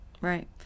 Right